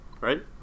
right